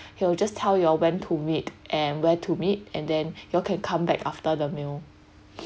he will just tell you all when to meet and where to meet and then you all can come back after the meal